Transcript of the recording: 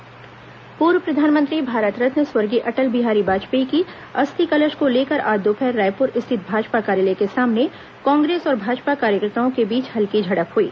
भाजपा कांग्रेस प्रदर्शन पूर्व प्रधानमंत्री भारत रत्न स्वर्गीय अटल बिहारी वाजपेयी की अस्थि कलश को लेकर आज दोपहर रायपुर स्थित भाजपा कार्यालय के सामने कांग्रेस और भाजपा कार्यकर्ताओं के बीच हल्की झड़प हुई